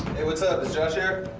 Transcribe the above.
what's up, is josh there?